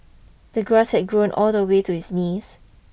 the grass had grown all the way to his knees